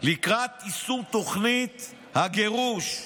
לקראת יישום תוכנית הגירוש.